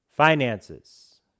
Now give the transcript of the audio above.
Finances